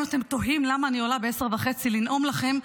אם אתם תוהים למה אני עולה ב-22:30 לנאום לכם,